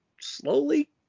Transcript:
slowly